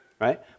right